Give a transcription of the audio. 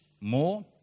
more